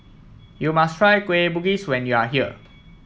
you must try Kueh Bugis when you are here